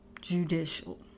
judicial